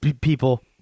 people